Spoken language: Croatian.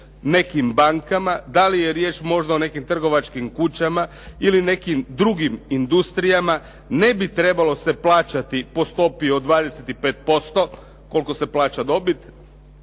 nekim bankama, da li je riječ možda o nekim trgovačkim kućama ili nekim drugim industrijama, ne bi trebalo se plaćati po stopi od 25% koliko se plaća dobit